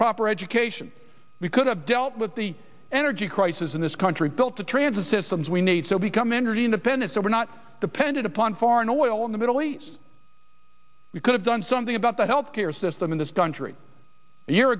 proper education we could have dealt with the energy crisis in this country built to transit systems we need so become energy independent so we're not depended upon foreign oil in the middle east we could have done something about the health care system in this country